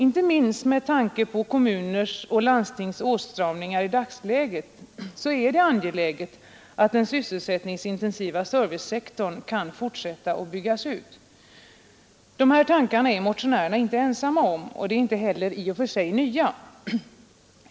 Inte minst med tanke på kommuners och landstings åtstramningar i dagsläget är det angeläget att den sysselsättningsintensiva servicesektorn kan fortsätta att byggas ut. Dessa tankar är vi motionärer inte ensamma om, och de är inte heller i och för sig nya.